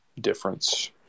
difference